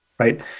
right